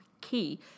key